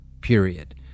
period